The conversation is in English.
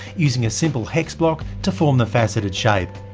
using a simple hex block to form the faceted shape.